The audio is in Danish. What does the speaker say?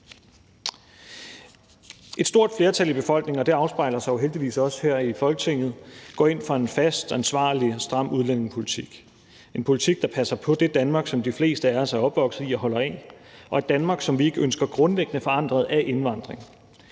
Et stort flertal i befolkningen – og det afspejler sig jo heldigvis også her i Folketinget – går ind for en fast, ansvarlig og stram udlændingepolitik. Det er en politik, der passer på det Danmark, som de fleste af os er opvokset i og holder af, et Danmark, som vi ikke ønsker grundlæggende forandret af indvandring,